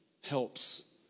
helps